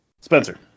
spencer